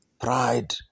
Pride